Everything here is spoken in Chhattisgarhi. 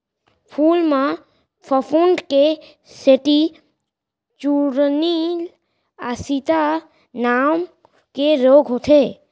फूल म फफूंद के सेती चूर्निल आसिता नांव के रोग होथे